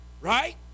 right